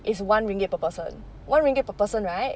is one ringgit per person one ringgit per person right